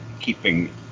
keeping